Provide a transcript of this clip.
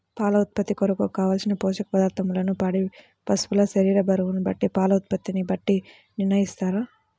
పాల ఉత్పత్తి కొరకు, కావలసిన పోషక పదార్ధములను పాడి పశువు శరీర బరువును బట్టి పాల ఉత్పత్తిని బట్టి నిర్ణయిస్తారా?